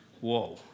Whoa